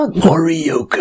？Morioka 。 (